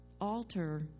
alter